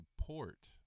support